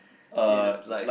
is like